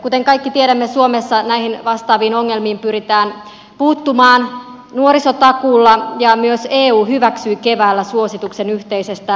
kuten kaikki tiedämme suomessa näihin vastaaviin ongelmiin pyritään puuttumaan nuorisotakuulla ja myös eu hyväksyi keväällä suosituksen yhteisestä nuorisotakuusta